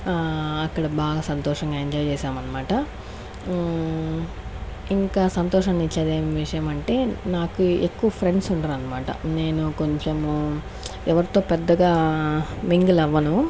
అక్కడ బాగా సంతోషంగా ఎంజాయ్ చేసాం అన్మాట ఇంకా సంతోషాన్నిచ్చేది ఏం విషయం అంటే నాకు ఎక్కువ ఫ్రెండ్స్ ఉండరన్మాట నేను కొంచము ఎవర్తో పెద్దగా మింగిల్ అవ్వను